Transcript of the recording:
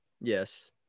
Yes